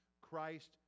Christ